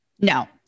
No